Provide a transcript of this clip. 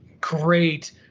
great